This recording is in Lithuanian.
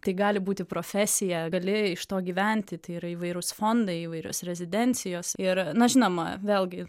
tai gali būti profesija gali iš to gyventi tai yra įvairūs fondai įvairios rezidencijos ir na žinoma vėlgi